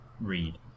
read